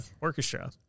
orchestra